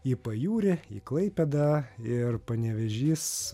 į pajūrį į klaipėdą ir panevėžys